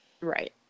Right